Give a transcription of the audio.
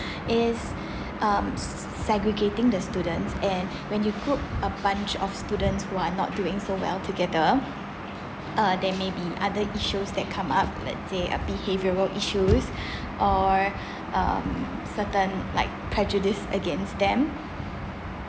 is um s~ segregating the students and when you put a bunch of students who are not doing so well together uh they may be other issue that come up let's say behavioral issues or um certain like prejudices against them